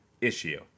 issue